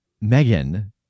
Megan